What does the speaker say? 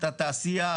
התעשיה,